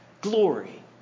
glory